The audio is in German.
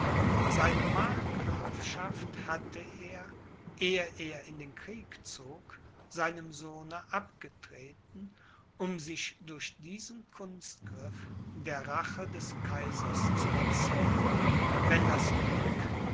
seine markgrafschaft hatte er ehe er in den krieg zog seinem sohne abgetreten um sie durch diesen kunstgriff der rache des kaisers zu entziehen wenn das glück